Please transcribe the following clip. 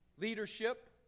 Leadership